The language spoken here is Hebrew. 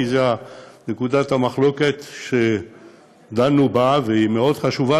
כי זו נקודת המחלוקת שדנו בה והיא מאוד חשובה,